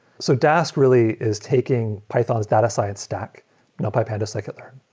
so dask really is taking python's data science stack numpy, pandas, scikit-learn,